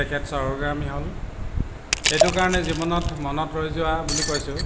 তেখেত স্বৰ্গগামী হ'ল এইটো কাৰণে জীৱনত মনত হৈ যোৱা বুলি কৈছোঁ